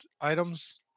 items